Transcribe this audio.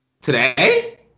today